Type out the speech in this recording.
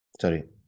sorry